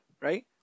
right